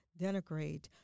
denigrate